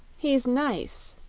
he's nice,